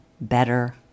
better